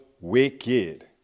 wicked